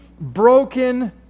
broken